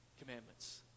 commandments